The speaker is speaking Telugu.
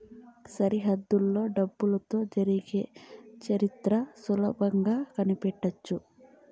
సరిహద్దులలో డబ్బులతో జరిగే చరిత్ర సులభంగా కనిపెట్టవచ్చు